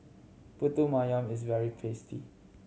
pulut is very tasty